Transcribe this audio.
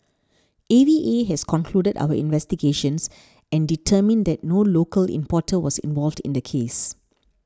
A V A has concluded our investigations and determined that no local importer was involved in the case